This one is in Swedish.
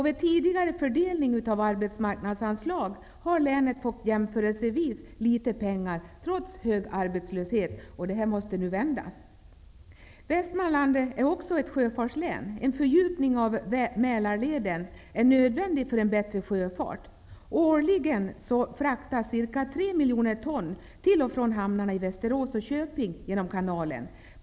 Vid tidigare fördelning av arbetsmarknadsanslag har länet fått jämförelsevis litet pengar trots hög arbetslöshet. Detta måste nu ändras. Västmanland är också ett sjöfartslän. En fördjupning av Mälarleden är nödvändig för en bättre sjöfart. Årligen fraktas ca 3 miljoner ton till och från hamnarna i Västerås och Köping genom kanalen.